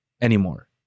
anymore